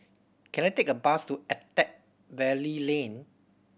can I take a bus to Attap Valley Lane